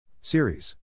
Series